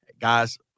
guys